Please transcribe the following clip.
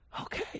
okay